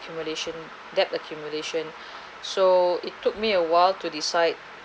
accumulation debt accumulation so it took me a while to decide